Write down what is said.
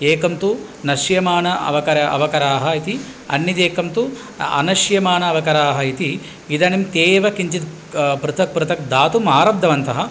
एकं तु नश्यमान अवकरः अवकराः इति अन्यदेकं तु अनश्यमान अवकराः इति इदानीं ते एव किञ्चित् पृथक् पृथक् दातुम् आरब्धवन्तः